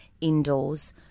indoors